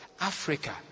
Africa